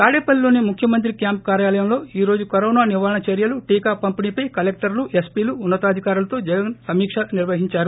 తాడేపల్లిలోని ముఖ్యమంత్రి క్వాంప్ కార్యాలయంలో ఈ రోజు కరోనా నివారణ చర్యలు టీకా పంపిణీపై కలెక్టర్లు ఎస్పీలు ఉన్న తాధికారులతో జగన్ సమీక్ష నిర్వహించారు